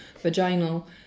vaginal